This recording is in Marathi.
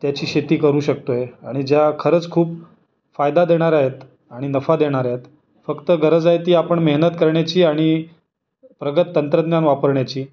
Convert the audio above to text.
त्याची शेती करू शकतो आहे आणि ज्या खरंच खूप फायदा देणाऱ्या आहेत आणि नफा देणाऱ्या आहेत फक्त गरज आहे ती आपण मेहनत करण्याची आणि प्रगत तंत्रज्ञान वापरण्याची